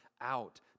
out